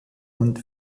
und